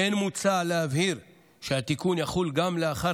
כמו כן מוצע להבהיר שהתיקון יחול גם לאחר